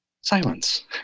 Silence